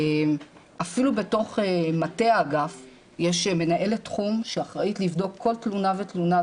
אפילו בתוך מטה האגף יש מנהלת תחום שאחראית לבדוק כל תלונה ותלונה,